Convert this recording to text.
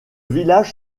village